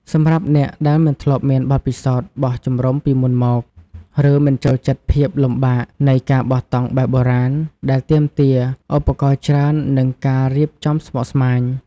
សម្រាប់អ្នកដែលមិនធ្លាប់មានបទពិសោធន៍បោះជំរុំពីមុនមក ឬមិនចូលចិត្តភាពលំបាកនៃការបោះតង់បែបបុរាណ ដែលទាមទារឧបករណ៍ច្រើន និងការរៀបចំស្មុគស្មាញ។